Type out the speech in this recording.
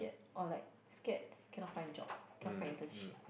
or like scared cannot find job cannot find internship